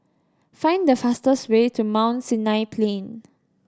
find the fastest way to Mount Sinai Plain